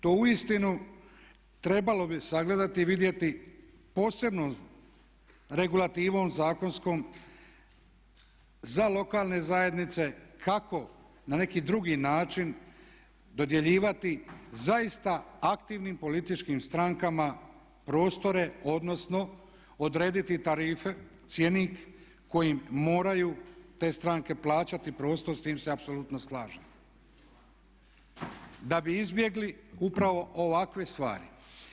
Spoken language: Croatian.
To uistinu trebalo bi sagledati i vidjeti posebnom regulativom zakonskom za lokalne zajednice kako na neki drugi način dodjeljivati zaista aktivnim političkim strankama prostore, odnosno odrediti tarife, cjenik kojim moraju te stranke plaćati prostor, s time se apsolutno slažem da bi izbjegli upravo ovakve stvari.